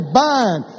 bind